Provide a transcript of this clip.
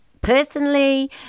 personally